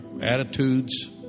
attitudes